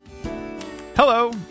Hello